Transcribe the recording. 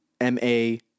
M-A